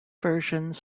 versions